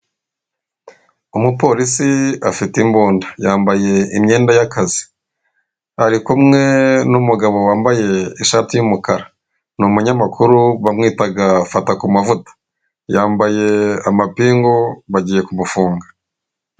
Umupolisi afite imbunda, yambaye imyenda y'akazi, ari kumwe n'umugabo wambaye ishati y'umukara ni umunyamakuru bamwitaga fata ku mavuta yambaye amapingu bagiye kumufunga.